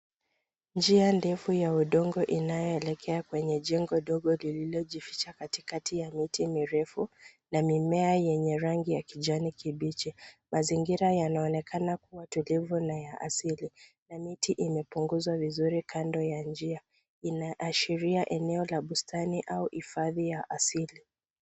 Njia ndefu ya udongo inayoelekea kwenye jengo dogo lililojificha katikati ya miti mirefu na mimea yenye rangi ya kijani kibichi. Mazingira yanaonekana kuwa tulivu na ya asili, na miti imepunguzwa vizuri kando ya njia. Inaashiria eneo la bustani au hifadhi ya asili.